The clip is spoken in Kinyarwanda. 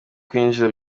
kwinjira